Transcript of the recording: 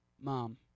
mom